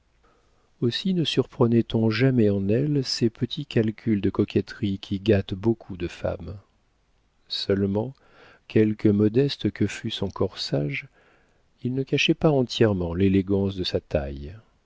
aussi ne surprenait on jamais en elle ces petits calculs de coquetterie qui gâtent beaucoup de femmes seulement quelque modeste que fût son corsage il ne cachait pas entièrement l'élégance de sa taille